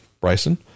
Bryson